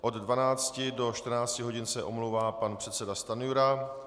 Od 12 do 14 hodin se omlouvá pan předseda Stanjura.